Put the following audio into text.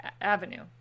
avenue